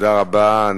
תודה רבה.